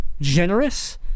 generous